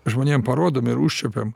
žmonėm parodom ir užčiuopiam